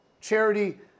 Charity